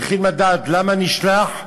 צריכים לדעת למה נשלח,